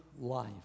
life